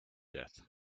death